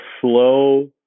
slow